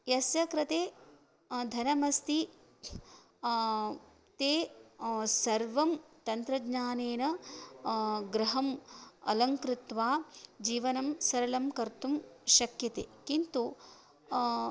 यस्य कृते धनमस्ति ते सर्वं तन्त्रज्ञानेन गृहम् अलङ्कृत्वा जीवनं सरलं कर्तुं शक्यते किन्तु